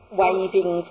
waving